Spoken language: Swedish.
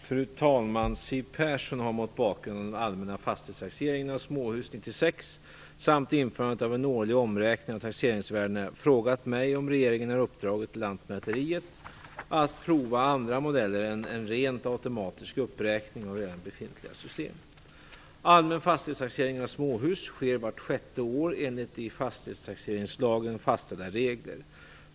Fru talman! Siw Persson har, mot bakgrund av den allmänna fastighetstaxeringen av småhus 1996 samt införandet av en årlig omräkning av taxeringsvärdena, frågat mig om regeringen har uppdragit till Lantmäteriet att prova andra modeller än en rent automatisk uppräkning av redan befintliga system. Allmän fastighetstaxering av småhus sker vart sjätte år enligt i fastighetstaxeringslagen fastställda regler.